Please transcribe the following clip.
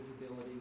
ability